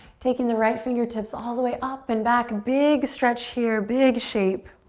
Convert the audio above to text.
taking the right fingertips all the way up and back. big stretch here. big shape.